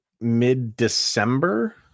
mid-December